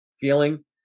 feeling